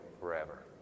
forever